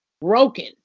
Broken